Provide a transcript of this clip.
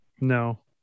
no